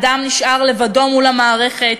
האדם נשאר לבדו מול המערכת,